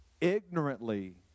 ignorantly